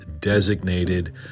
designated